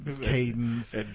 cadence